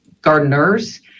gardeners